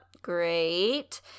Great